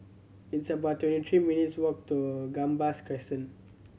it's about twenty three minutes' walk to Gambas Crescent